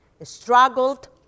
struggled